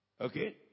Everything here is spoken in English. Okay